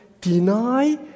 deny